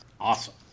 Awesome